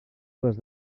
les